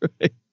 right